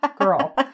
girl